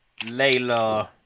Layla